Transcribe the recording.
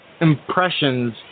impressions